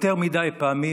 יותר מדי פעמים